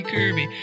Kirby